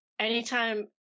Anytime